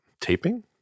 taping